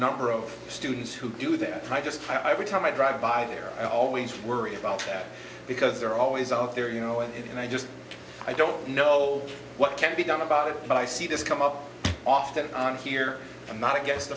number of students who do that i just i would time i drive by there always worry about that because they're always out there you know and i just i don't know what can be done about it but i see this come up often on here i'm not against